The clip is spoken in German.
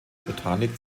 botanik